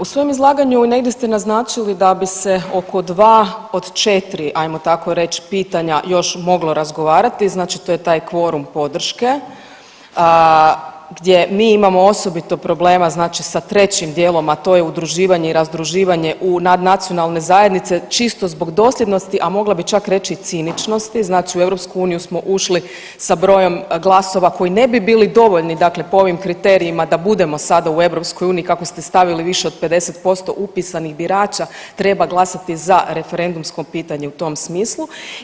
U svom izlaganju negdje ste naznačili da bi se oko 2 od 4 ajmo tako reć pitanja još moglo razgovarati znači to je taj kvorum podrške gdje mi imamo osobito problema znači sa trećim dijelom, a to je udruživanje i razdruživanje nacionalne zajednice čisto zbog dosljednosti, a mogla bi čak reći i ciničnosti, znači u EU smo ušli sa brojem glasova koji ne bi bili dovoljni dakle po ovim kriterijima da budemo sada u EU kako ste stavili više od 50% upisanih birača treba glasati za referendumsko pitanje u tom smislu.